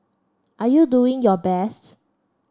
are you doing your best